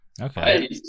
Okay